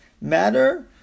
matter